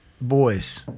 boys